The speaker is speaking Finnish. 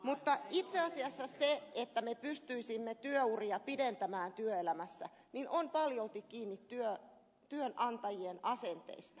mutta itse asiassa se että pystyisimme työuria pidentämään työelämässä on paljolti kiinni työnantajien asenteista